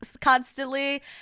constantly